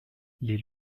les